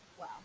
Wow